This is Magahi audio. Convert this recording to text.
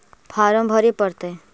फार्म भरे परतय?